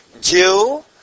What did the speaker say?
Jew